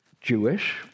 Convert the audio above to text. Jewish